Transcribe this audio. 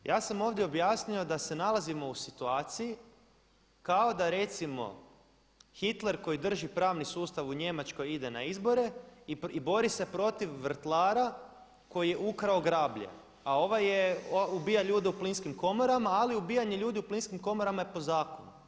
Ja sam ovdje objasnio da se nalazimo u situaciji kao da recimo Hitler koji drži pravni sustav u Njemačkoj ide na izbore i bori se protiv vrtlara koji je ukrao grablje a ovaj ubija ljude u plinskim komorama ali ubijanje ljudi u plinskim komorama je po zakonu.